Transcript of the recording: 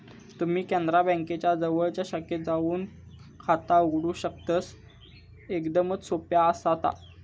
तुम्ही कॅनरा बँकेच्या जवळच्या शाखेत जाऊन खाता उघडू शकतस, एकदमच सोप्या आसा ता